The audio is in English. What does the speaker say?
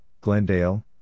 Glendale